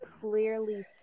clearly